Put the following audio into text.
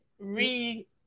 re